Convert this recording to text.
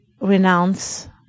renounce